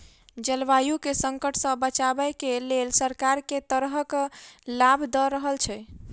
जलवायु केँ संकट सऽ बचाबै केँ लेल सरकार केँ तरहक लाभ दऽ रहल छै?